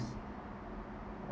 ~s